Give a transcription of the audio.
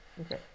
Okay